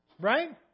Right